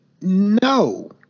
no